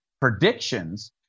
predictions